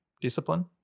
discipline